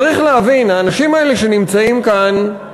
צריך להבין, האנשים האלה שנמצאים כאן,